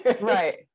right